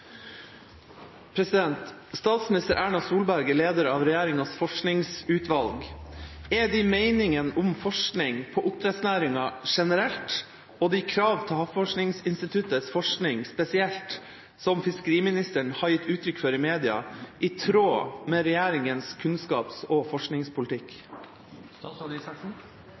Erna Solberg er leder av regjeringens forskningsutvalg. Er de meningene om forskning på oppdrettsnæringen generelt og de krav til Havforskningsinstituttets forskning spesielt som fiskeriministeren har gitt